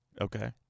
Okay